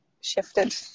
shifted